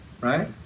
right